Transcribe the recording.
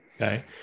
Okay